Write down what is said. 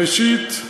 ראשית,